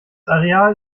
areal